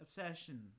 Obsession